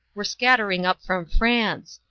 were scattering up from france,